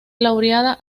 laureada